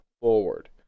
forward